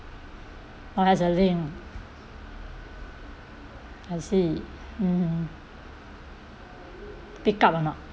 oh has a link I see mmhmm pick up or not